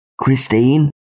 Christine